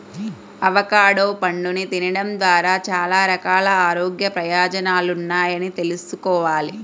avocado పండుని తినడం ద్వారా చాలా రకాల ఆరోగ్య ప్రయోజనాలున్నాయని తెల్సుకోవాలి